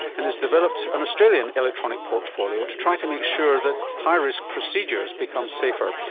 and has developed an australian electronic portfolio to try to make sure that high risk procedures become safer.